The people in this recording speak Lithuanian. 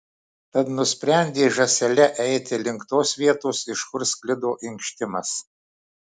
tad nusprendė žąsele eiti link tos vietos iš kur sklido inkštimas